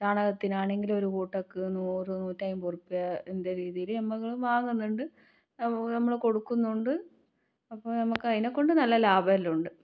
ചാണകത്തിനാണെങ്കിലും ഒരു കൊട്ടക്ക് നൂറ് നൂറ്റി അൻപത് ഉറുപ്യേൻ്റെ രീതിയിൽ ഞമ്മള് വാങ്ങുന്നുണ്ട് ഞമ്മള് കൊടുക്കുന്നുണ്ട് അപ്പം നമുക്കതിനെ കൊണ്ട് നല്ല ലാഭമെല്ലാമുണ്ട്